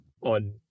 on